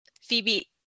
Phoebe